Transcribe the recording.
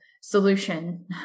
solution